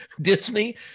Disney